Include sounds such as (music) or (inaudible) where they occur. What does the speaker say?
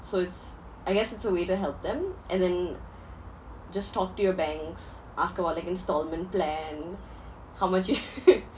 so it's I guess it's a way to help them and then just talk to your banks ask about like instalment plan how much you (laughs)